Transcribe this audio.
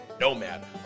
Nomad